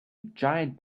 giant